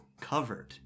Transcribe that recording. covered